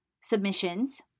submissions